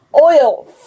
Oil